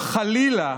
חלילה,